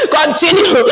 continue